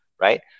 Right